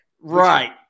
Right